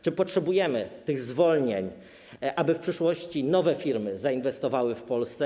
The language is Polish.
Czy potrzebujemy tych zwolnień, aby w przyszłości nowe firmy zainwestowały w Polsce?